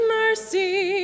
mercy